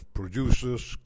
producers